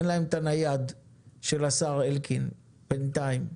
אין להם את הנייד של השר אלקין בינתיים,